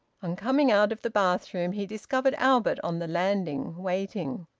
on coming out of the bathroom he discovered albert on the landing, waiting.